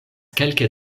kelke